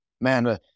man